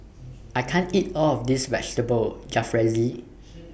I can't eat All of This Vegetable Jalfrezi